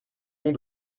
noms